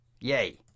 Yay